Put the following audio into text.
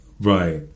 Right